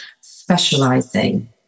specializing